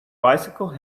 bicycle